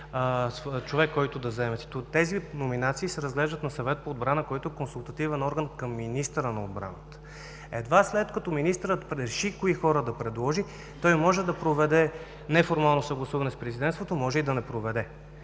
да си посочи човек. Тези номинации се разглеждат на Съвет по отбрана, който е консултативен орган към министъра на отбраната. Едва след като министърът реши кои хора да предложи, той може да проведе неформално съгласуване с президентството, може и да не проведе,